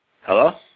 Hello